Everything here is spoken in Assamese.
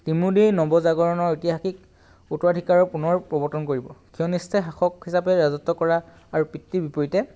নৱজাগৰণৰ ঐতিহাসিক উত্তৰাধিকাৰৰ পুনৰ প্ৰৱৰ্তন কৰিব শাসক হিচাপে ৰাজত্ব কৰা আৰু পিতৃৰ বিপৰীতে